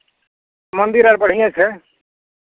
मन्दिर आर बढ़िएँ छै